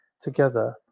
together